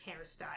hairstyle